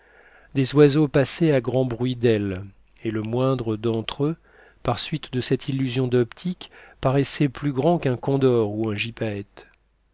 des oiseaux passaient à grand bruit d'ailes et le moindre d'entre eux par suite de cette illusion d'optique paraissait plus grand qu'un condor ou un